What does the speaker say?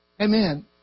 Amen